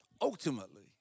Ultimately